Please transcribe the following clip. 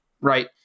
right